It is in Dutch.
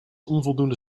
onvoldoende